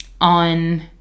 on